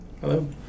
Hello